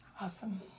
awesome